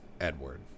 Edward